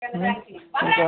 ఇంకా